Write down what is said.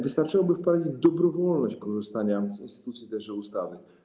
Wystarczyłoby wprowadzić dobrowolność korzystania z instytucji z tejże ustawy.